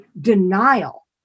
denial